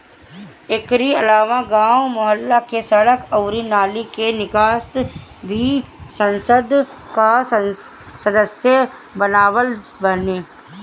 एकरी अलावा गांव, मुहल्ला के सड़क अउरी नाली के निकास भी संसद कअ सदस्य करवावत बाने